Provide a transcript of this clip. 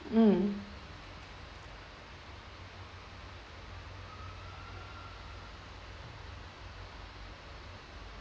mm